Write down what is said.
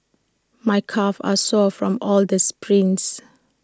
my calves are sore from all the sprints